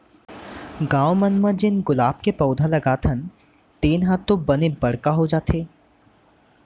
गॉव मन म जेन गुलाब के पउधा लगाथन तेन ह तो बने बड़का हो जाथे